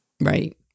Right